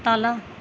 तल